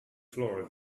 floor